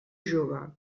jove